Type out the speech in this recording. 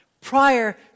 Prior